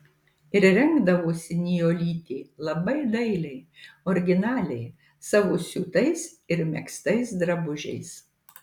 ir rengdavosi nijolytė labai dailiai originaliai savo siūtais ir megztais drabužiais